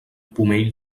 pomell